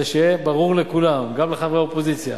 כדי שיהיה ברור לכולם, גם לחברי האופוזיציה: